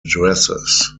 dresses